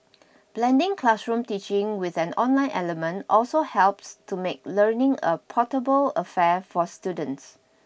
blending classroom teaching with an online element also helps to make learning a portable affair for students